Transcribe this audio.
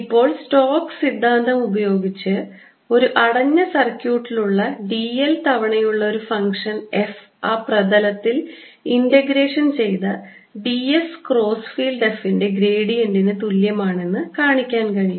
ഇപ്പോൾ സ്റ്റോക്സ് സിദ്ധാന്തം ഉപയോഗിച്ച് ഒരു അടഞ്ഞ സർക്യൂട്ടിലുള്ള d l തവണയുള്ള ഒരു ഫംഗ്ഷൻ f ആ പ്രതലത്തിൽ ഇന്റഗ്രേഷൻ ചെയ്ത ds ക്രോസ് ഫീൽഡ് f ന്റെ ഗ്രേഡിയന്റിന് തുല്യമാണെന്ന് കാണിക്കാൻ കഴിയും